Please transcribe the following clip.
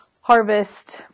harvest